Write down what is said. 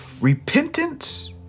Repentance